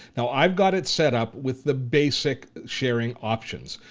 now i've got it set up with the basic sharing options.